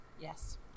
Yes